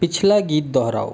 पिछला गीत दोहराओ